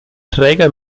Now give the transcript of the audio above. träger